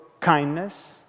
kindness